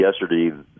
yesterday